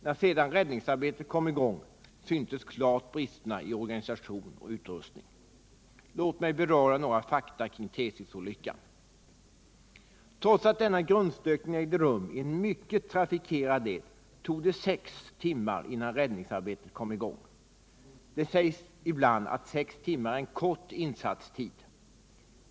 När sedan räddningsarbetet kom i gång syntes klart bristerna i organisation och utrustning. Låt mig beröra några fakta kring Tsesisolyckan. Trots att denna grundstötning ägde rum i en mycket trafikerad led tog det sex timmar innan räddningsarbetet kom i gång. Det sägs ibland att sex 175 timmar är en kort insatstid.